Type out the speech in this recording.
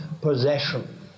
possession